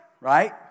right